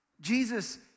Jesus